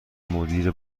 مدیر